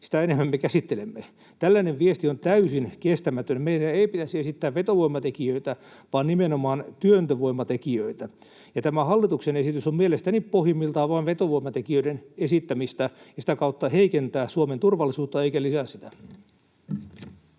sitä enemmän me käsittelemme. Tällainen viesti on täysin kestämätön. Meidän ei pitäisi esittää vetovoimatekijöitä, vaan nimenomaan työntövoimatekijöitä, ja tämä hallituksen esitys on mielestäni pohjimmiltaan vain vetovoimatekijöiden esittämistä ja sitä kautta heikentää Suomen turvallisuutta eikä lisää sitä.